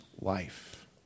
life